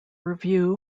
review